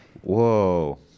Whoa